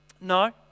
no